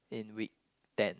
in week ten